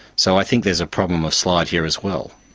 so i think there's a problem of slide here as well.